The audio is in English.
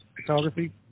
Photography